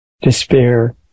despair